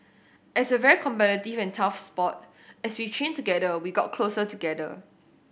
as a very competitive and tough sport as we train together we get closer together